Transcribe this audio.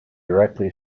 directly